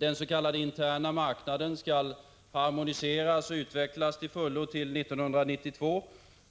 Den s.k. interna marknaden skall harmoniseras och utvecklas till fullo till 1992.